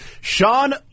Sean